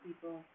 people